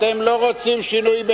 אתם לא רוצים שינוי,